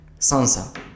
Sansa